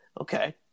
Okay